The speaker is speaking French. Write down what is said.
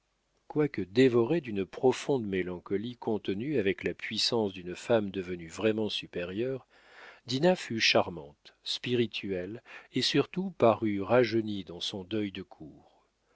quoique dévorée d'une profonde mélancolie contenue avec la puissance d'une femme devenue vraiment supérieure dinah fut charmante spirituelle et surtout parut rajeunie dans son deuil de cœur